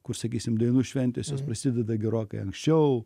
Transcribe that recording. kur sakysim dainų šventės jos prasideda gerokai anksčiau